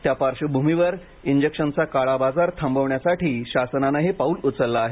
त्या पार्श्वभूमीवर इंजेक्शनचा काळा बाजार थांबवण्यासाठी शासनानं हे पाऊल उचललं आहे